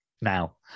Now